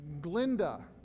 Glinda